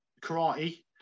karate